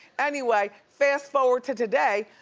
anyway, fast forward to today,